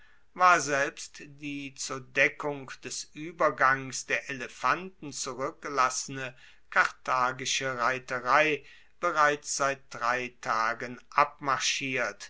war selbst die zur deckung des uebergangs der elefanten zurueckgelassene karthagische reiterei bereits seit drei tagen